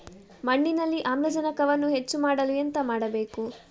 ಮಣ್ಣಿನಲ್ಲಿ ಆಮ್ಲಜನಕವನ್ನು ಹೆಚ್ಚು ಮಾಡಲು ಎಂತ ಮಾಡಬೇಕು?